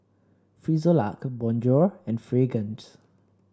Frisolac Bonjour and Fragrance